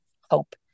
hope